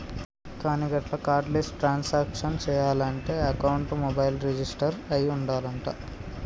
కానీ గట్ల cardless transaction చేయాలంటే అకౌంట్ మొబైల్ రిజిస్టర్ అయి ఉండాలంట